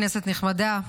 כנסת נכבדה,